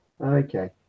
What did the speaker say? Okay